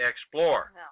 explore